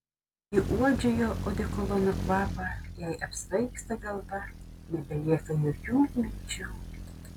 ji uodžia jo odekolono kvapą jai apsvaigsta galva nebelieka jokių minčių